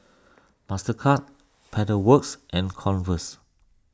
Mastercard Pedal Works and Converse